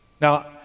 Now